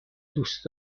دوست